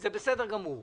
זה בסדר גמור.